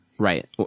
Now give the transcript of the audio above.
Right